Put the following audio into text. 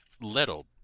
little